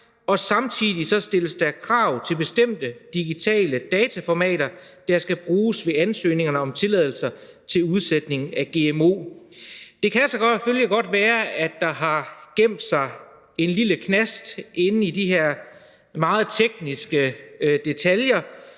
og samtidig stilles der krav til bestemte digitale dataformater, der skal bruges ved ansøgningerne om tilladelser til udsætning af gmo. Det kan selvfølgelig godt være, at der har gemt sig en lille knast inde i de her meget tekniske detaljer,